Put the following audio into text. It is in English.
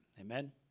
Amen